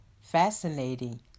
fascinating